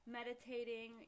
meditating